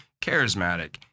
charismatic